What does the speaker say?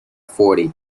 forty